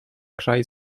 kraj